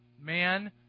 man